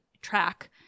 track